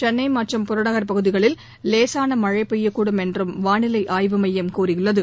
சென்னை மற்றும் புறநகர் பகுதிகளில் லேசான மழை பெய்யக்கூடும் என்றும் வானிலை ஆய்வு மையம் கூறியுள்ளது